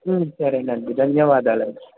సరేనండి ధన్యవాదాలండి